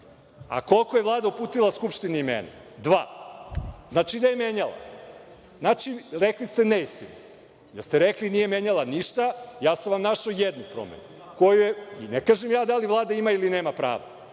A, koliko je Vlada uputila Skupštini imena? Dva. Znači da je menjala. Znači, rekli ste neistinu, jer ste rekli – nije menjala ništa. Ja sam vam našao jednu promenu. Ne kažem ja da li Vlada ima ili nema prava.